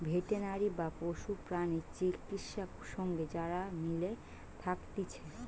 veterinary বা পশু প্রাণী চিকিৎসা সঙ্গে যারা মিলে থাকতিছে